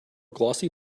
glossy